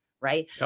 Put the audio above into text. Right